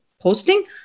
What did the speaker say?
posting